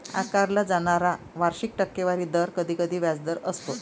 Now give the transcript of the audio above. आकारला जाणारा वार्षिक टक्केवारी दर कधीकधी व्याजदर असतो